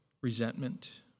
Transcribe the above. resentment